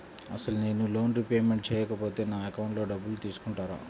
అసలు నేనూ loan repayment చేయకపోతే నా అకౌంట్లో డబ్బులు తీసుకుంటారా?